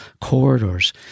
corridors